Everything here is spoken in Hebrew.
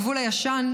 הגבול הישן,